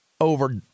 over